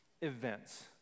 events